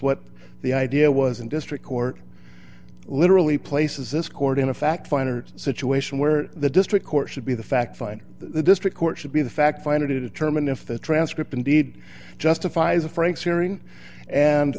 what the idea was in district court literally places this court in a fact finder situation where the district court should be the fact finder the district court should be the fact finder to determine if the transcript indeed justifies the franks hearing and